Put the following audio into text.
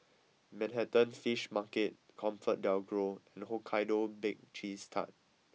Manhattan Fish Market ComfortDelGro and Hokkaido Baked Cheese Tart